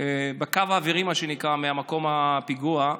בקו אווירי ממקום הפיגוע.